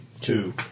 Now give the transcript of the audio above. Two